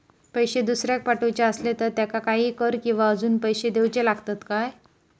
पैशे दुसऱ्याक पाठवूचे आसले तर त्याका काही कर किवा अजून पैशे देऊचे लागतत काय?